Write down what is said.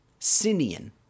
Sinian